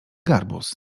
garbus